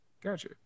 Gotcha